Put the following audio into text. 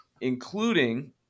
Including